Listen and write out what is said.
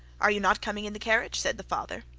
are you not coming in the carriage said the father.